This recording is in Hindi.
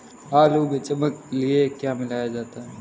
आलू में चमक के लिए क्या मिलाया जाता है?